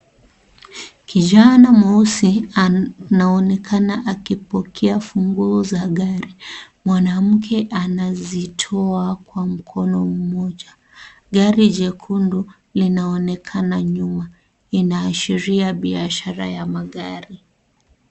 Kijana mweusi anaonekana akipokea funguo za gari mwanamke anazitoa kwa mkono mmoja gari jekundu linaonekana nyuma liniashiria biashara ya magari.